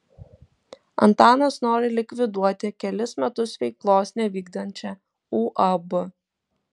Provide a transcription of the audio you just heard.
antanas nori likviduoti kelis metus veiklos nevykdančią uab